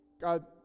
God